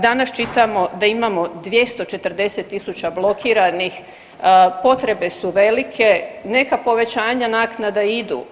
Danas čitamo da imamo 240 tisuća blokiranih, potrebe su velike, neka povećanja naknada idu.